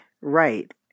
Right